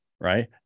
right